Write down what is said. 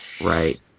Right